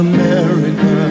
America